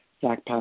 Zach